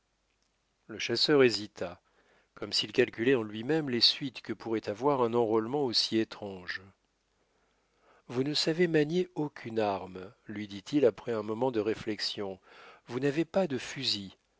le chasseur hésita comme s'il calculait en lui-même les suites que pourrait avoir un enrôlement aussi étrange vous ne savez manier aucune arme lui dit-il après un moment de réflexion vous n'avez pas de fusil